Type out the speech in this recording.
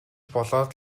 болоод